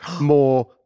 more